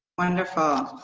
wonderful.